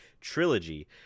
Trilogy